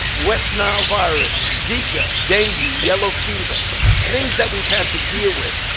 west nile virus, zika, dengue, yellow fever things that we've had to deal with.